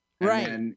Right